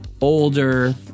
older